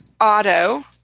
auto